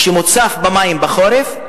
שמוצף במים בחורף,